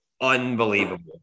unbelievable